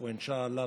ואינשאללה,